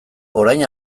orain